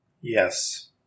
Yes